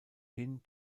hin